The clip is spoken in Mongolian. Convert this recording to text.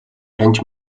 таньж